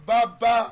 Baba